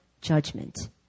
judgment